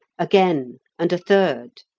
again, and a third.